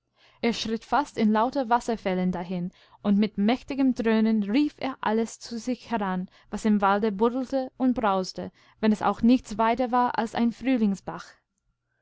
er schritt fast in lauter wasserfällen dahin und mit mächtigem dröhnen rief er alles zu sich heran was im walde buddelte und brauste wennesauchnichtsweiterwaralseinfrühlingsbach einestageshörteerweit weitnachwestenzuetwasbrausen